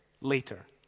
Later